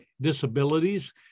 disabilities